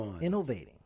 innovating